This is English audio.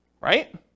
right